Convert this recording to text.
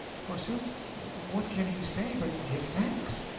forsooth what can he say but give thanks?